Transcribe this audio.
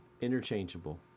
Interchangeable